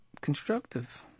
constructive